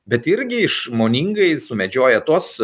bet irgi išmoningai sumedžioja tuos